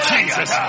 Jesus